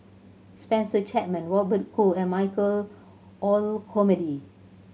Spencer Chapman Robert Goh and Michael Olcomendy